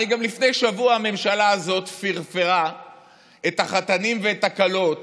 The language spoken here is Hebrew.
הרי גם לפני שבוע הממשלה הזאת פרפרה את החתנים ואת הכלות